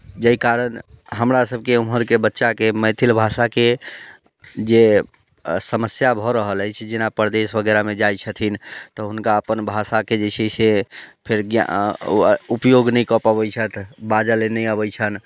जाहि कारण हमरासभके ओम्हरके बच्चाके मैथिल भाषाके जे समस्या भऽ रहल अछि जेना परदेश वगैरहमे जाइत छथिन तऽ हुनका अपन भाषाके जे छै से फेर उपयोग नहि कऽ पबैत छथि बाजले नहि अबैत छनि